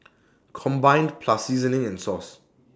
combined plus seasoning and sauce